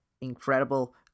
incredible